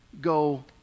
go